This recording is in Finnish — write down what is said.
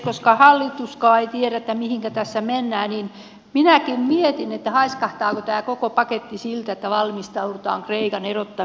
koska hallituskaan ei tiedä mihinkä tässä mennään niin minäkin mietin haiskahtaako tämä koko paketti siltä että valmistaudutaan kreikan erottamiseen eurosta